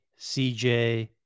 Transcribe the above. CJ